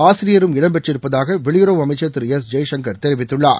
ஆசியரியரும் இடம்பெற்றிருப்பதாக வெளியுறவு அமைச்சர் திரு எஸ் ஜெய்சங்கர் தெரிவித்துள்ளார்